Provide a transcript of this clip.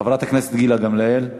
חברת הכנסת גילה גמליאל.